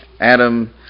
Adam